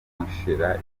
kumushakira